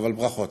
אבל ברכות.